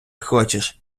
хочеш